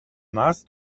władz